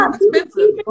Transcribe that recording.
expensive